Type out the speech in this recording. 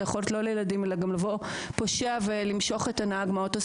יכול להיות לא ילדים אלא יכול פושע לבוא ולמשוך את הנהג מהאוטו.